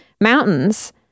mountains